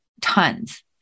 tons